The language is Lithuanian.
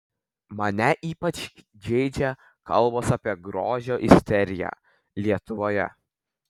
mane ypač žeidžia kalbos apie grožio isteriją lietuvoje